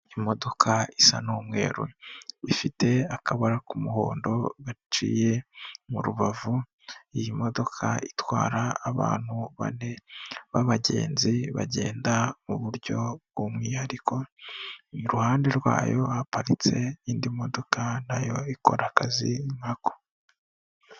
Imodoka isa n'umweru, ifite akabara k'umuhondo gaciye mu rubavu. Iyi modoka itwara abantu bane b'abagenzi bagenda mu buryo bw'umwihariko, iruhande rwayo haparitse indi modoka na yo ikora akazi nka ko.